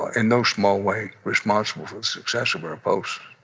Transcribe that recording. in no small way, responsible for the success of our posts